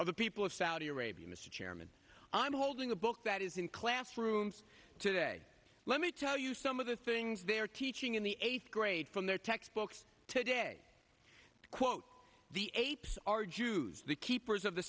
of the people of saudi arabia mr chairman i'm holding a book that is in classrooms today let me tell you some of the things they're teaching in the eighth grade from their textbooks today quote the apes are jews the keepers of the